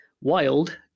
wild